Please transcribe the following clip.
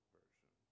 version